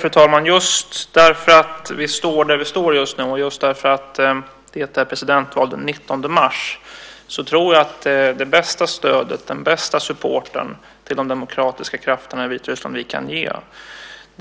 Fru talman! Just därför att vi står där vi står just nu, och just därför att det är presidentval den 19 mars, tror jag att det bästa stödet och den bästa supporten till de demokratiska krafterna i Vitryssland vi kan ge